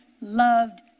loved